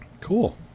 cool